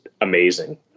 amazing